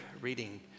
reading